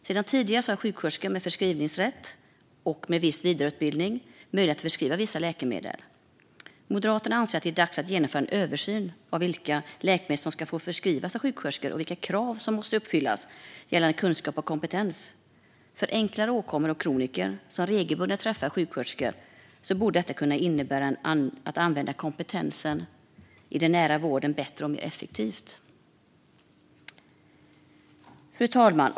Sedan tidigare har sjuksköterskor med förskrivningsrätt och viss vidareutbildning möjlighet att förskriva vissa läkemedel. Moderaterna anser att det är dags att genomföra en översyn av vilka läkemedel som ska få förskrivas av sjuksköterskor och vilka krav som måste uppfyllas gällande kunskap och kompetens. För enklare åkommor och för kroniker som regelbundet träffar sjuksköterskor borde man kunna använda kompetensen i den nära vården bättre och mer effektivt. Fru talman!